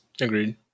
Agreed